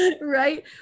right